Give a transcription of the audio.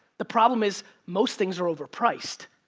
the problem is most things are overpriced.